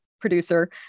producer